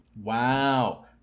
Wow